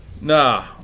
Nah